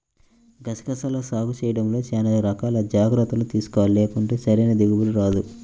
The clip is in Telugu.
గసగసాల సాగు చేయడంలో చానా రకాల జాగర్తలు తీసుకోవాలి, లేకుంటే సరైన దిగుబడి రాదు